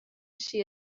she